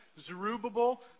Zerubbabel